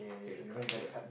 playing the card game